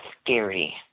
scary